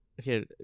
Okay